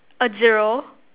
a zero